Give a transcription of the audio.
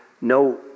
no